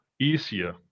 easier